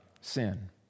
sin